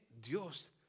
Dios